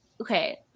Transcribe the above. okay